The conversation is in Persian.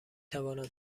توانم